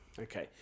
Okay